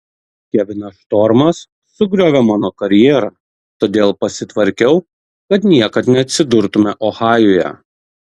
kevinas štormas sugriovė mano karjerą todėl pasitvarkiau kad niekad neatsidurtumėme ohajuje